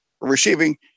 receiving